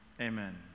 amen